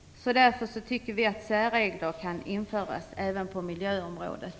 Därför tycker vi att särregler kan införas även på miljöområdet.